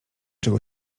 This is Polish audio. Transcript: czego